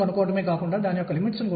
P అంటే ఏమిటి